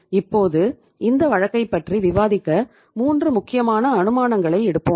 இப்போது இந்த வழக்கைப் பற்றி விவாதிக்க 3 முக்கியமான அனுமானங்களை எடுப்போம்